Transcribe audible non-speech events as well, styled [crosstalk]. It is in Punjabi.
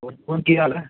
ਹੋਰ [unintelligible] ਕੀ ਹਾਲ ਹੈ